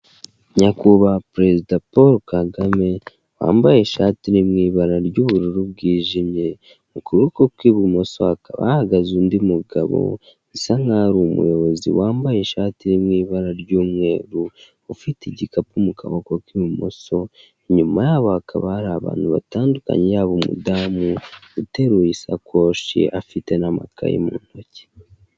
Nyakubahwa perezida Paul Kagame wambaye ishati iri mw'ibara ry'ubururu bwijimye mu kuboko kw'ibumoso hahagaze undi mugabo bisa nkaho ari umuyobozi wambaye ishati iri mu ibara ry'umweru ufite igikapu mu kaboko k'ibumoso inyuma yabo hakaba hari abantu batandukanye yaba umudamu uteruye isakoshi afite n'amakaye mu ntoki.